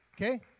Okay